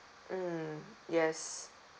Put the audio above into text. mm yes